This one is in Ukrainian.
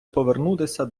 повернутися